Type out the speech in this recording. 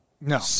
No